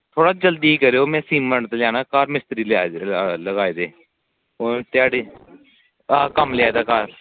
थोह्ड़ा जल्दी करेओ में घर मिस्तरी लाये दे आं ध्याड़ी कम्म लाये दे घर